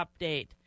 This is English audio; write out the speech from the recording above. update